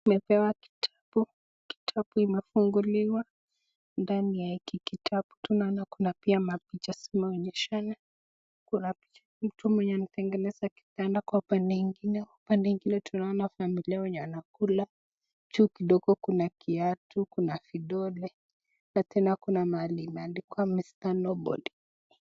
Tumepewa kitabu, kitabu imefunguliwa ndani ya hiki kitabu tunaona kuna pia mapicha zimeonyeshana . Kuna picha ya mtu anatengeneza kitanda kwa upande ingine tunaona familia wenye wanakula , juu kidogo kuna kiatu kuna vidole na tena kuna mahali imeandikwa Mr nobody .